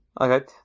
Okay